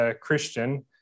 Christian